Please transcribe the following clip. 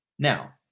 Now